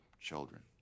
children